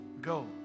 go